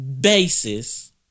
basis